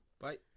Bye